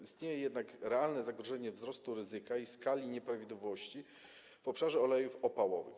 Istnieje jednak realne zagrożenie wzrostu ryzyka i skali nieprawidłowości w obszarze olejów opałowych.